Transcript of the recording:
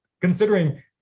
considering